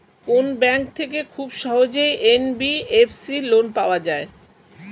কোন ব্যাংক থেকে খুব সহজেই এন.বি.এফ.সি লোন পাওয়া যায়?